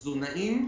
תזונאים.